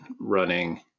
running